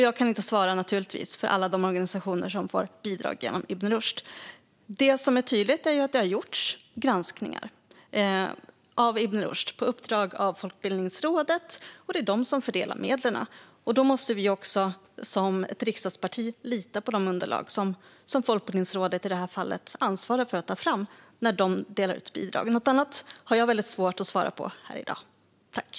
Jag kan naturligtvis inte svara för alla de organisationer som får bidrag genom Ibn Rushd. Det som är tydligt är att det har gjorts granskningar av Ibn Rushd på uppdrag av Folkbildningsrådet, och det är de som fördelar medlen. Då måste vi som ett riksdagsparti lita på de underlag som Folkbildningsrådet i detta fall ansvarar för att ta fram när de delar ut bidrag. Något annat har jag väldigt svårt att svara på här i dag.